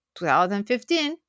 2015